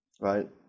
right